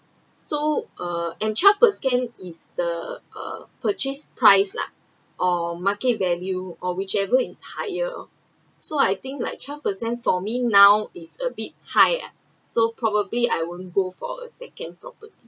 so err and twelve percent is the uh purchase price lah or market value or whichever is higher so I think like twelve percent for me now is a bit high ah so probably I won’t go for a second property